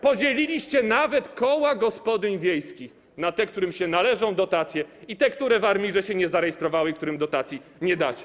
Podzieliliście nawet koła gospodyń wiejskich - na te, którym się należą dotacje, i te, które w ARiMR się nie zarejestrowały i którym dotacji nie dacie.